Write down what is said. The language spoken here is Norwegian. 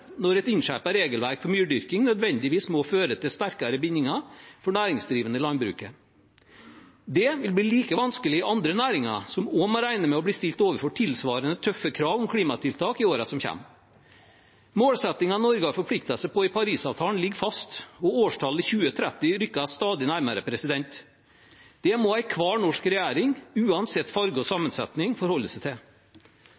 når et innskjerpet regelverk mot myrdyrking nødvendigvis må føre til sterkere bindinger for næringsdrivende i landbruket. Det vil bli like vanskelig i andre næringer, som også må regne med å bli stilt overfor tilsvarende tøffe krav om klimatiltak i årene som kommer. Målsettingen Norge har forpliktet seg på i Parisavtalen, ligger fast, og årstallet 2030 rykker stadig nærmere. Det må enhver norsk regjering uansett farge og